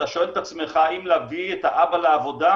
אתה שואל את עצמך האם להביא את האבא לעבודה,